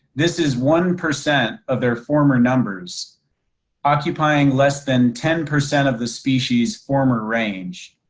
this is one percent of their former numbers occupying less than ten percent of the species former range.